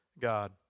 God